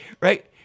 right